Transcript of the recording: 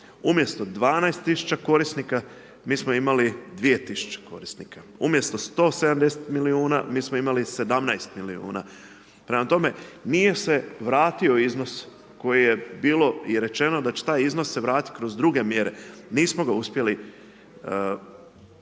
umjesto 12 000 korisnika, mi smo imali 2000 korisnika, umjesto 170 milijuna mi smo imali 17 milijuna. Prema tome, nije se vratio iznos koji je bilo i rečeno da će taj iznos se vratit kroz druge mjere, nismo ga uspjeli kao